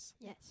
Yes